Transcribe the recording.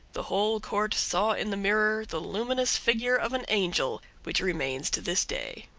the whole court saw in the mirror the luminous figure of an angel, which remains to this day.